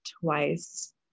twice